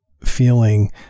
feeling